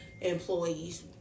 Employees